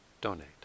donate